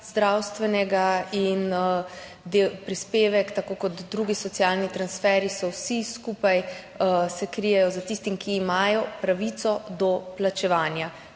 zdravstvenega prispevka in prispevek, tako kot drugi socialni transferji, so vsi skupaj, se krijejo tistim, ki imajo pravico do plačevanja.